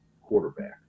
quarterback